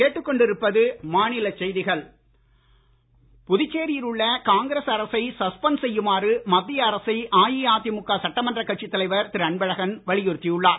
அன்பழகன் புதுச்சேரியில் உள்ள காங்கிரஸ் அரசை சஸ்பென்ட் செய்யுமாறு மத்திய அரசை அஇஅதிமுக சட்டமன்றக் கட்சித் தலைவர் திரு அன்பழகன் வலியுறுத்தி உள்ளார்